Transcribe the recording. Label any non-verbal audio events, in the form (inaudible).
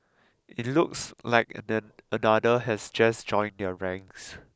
it looks like (unintelligible) another has just joined their ranks